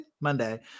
Monday